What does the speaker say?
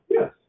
Yes